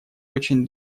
очень